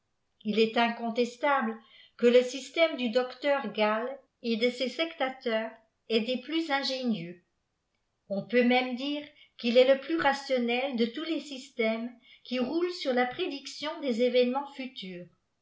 il est incontestable que le système du docteur gall et de ses sectateurs est des plus ingénieux on peqt même dire qu il est le plus rationnel de tous les systèmes qui roulent sur la prédiction des événements futurs